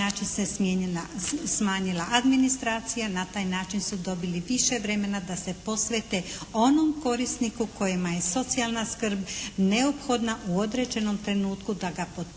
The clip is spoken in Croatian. Na taj način se smanjila administracija, na taj način su dobili više vremena da se posvete onom korisniku kojima je socijalna skrb neophodna u određenom trenutku da ga potpomognu